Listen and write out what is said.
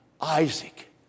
Isaac